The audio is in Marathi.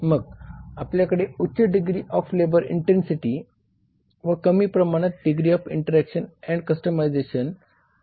मग आपल्याकडे उच्च डिग्री ऑफ लेबर इंटेन्सिटी व कमी प्रमाणात degree of interaction and customisation आहेत